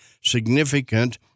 significant